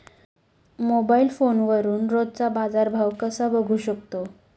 Mobile फोनवरून रोजचा बाजारभाव कसा बघू शकतो?